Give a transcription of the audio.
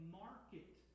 market